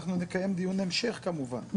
אנחנו נקיים דיון המשך כמובן,